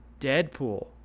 Deadpool